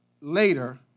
later